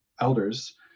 elders